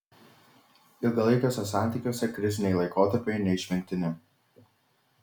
ilgalaikiuose santykiuose kriziniai laikotarpiai neišvengtini